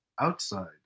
outside